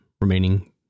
remaining